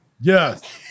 yes